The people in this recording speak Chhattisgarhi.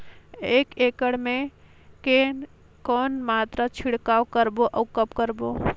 एक एकड़ मे के कौन मात्रा छिड़काव करबो अउ कब करबो?